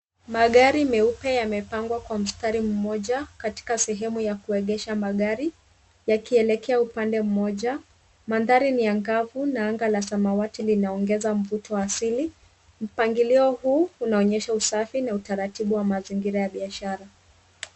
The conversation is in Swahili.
Magari meupe yamepangwa kwa mstari mmoja katika sehemu ya kuegesha magari yakielekea upande mmoja. Mandhari ni angavu na anga la samawati linaongeza mvuto asili. Mpangilio huu unaonyesha usafi na utaratibu wa mazingira ya biashara.